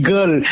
Girl